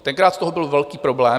Tenkrát z toho byl velký problém.